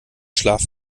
schlaf